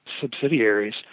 subsidiaries